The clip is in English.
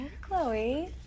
Chloe